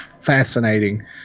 fascinating